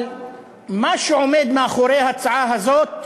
אבל מה שעומד מאחורי ההצעה הזאת,